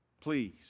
Please